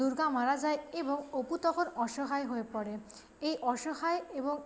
দুর্গা মারা যায় এবং অপু তখন অসহায় হয়ে পড়ে এই অসহায় এবং